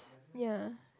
ya